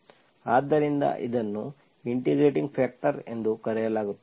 ಆದ್ದರಿಂದ ಇದನ್ನು integrating factor ಎಂದು ಕರೆಯಲಾಗುತ್ತದೆ